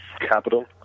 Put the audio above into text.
capital